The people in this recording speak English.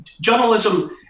journalism